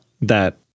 that